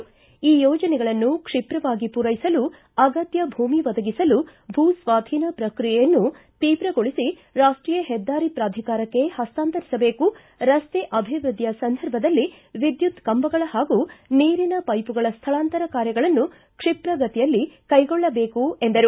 ಈ ಯೋಜನೆಗಳನ್ನು ಕ್ಷಿಪ್ರವಾಗಿ ಪೂರೈಸಲು ಅಗತ್ತ ಭೂಮಿ ಒದಗಿಸಲು ಭೂಸ್ವಾಧೀನ ಪ್ರಕ್ರಿಯೆಯನ್ನು ತೀವ್ರಗೊಳಿಸಿ ರಾಷ್ಟೀಯ ಹೆದ್ದಾರಿ ಪ್ರಾಧಿಕಾರಕ್ಕೆ ಹಸ್ತಾಂತರಿಸಬೇಕು ರಸ್ತೆ ಅಭಿವೃದ್ದಿಯ ಸಂದರ್ಭದಲ್ಲಿ ವಿದ್ಯುತ್ ಕಂಬಗಳ ಹಾಗೂ ನೀರಿನ ಪೈಪುಗಳ ಸ್ಥಳಾಂತರ ಕಾರ್ಯಗಳನ್ನು ಕ್ಷಿಪ್ರ ಗತಿಯಲ್ಲಿ ಕೈಗೊಳ್ಳಬೇಕು ಎಂದರು